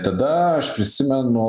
tada aš prisimenu